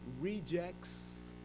rejects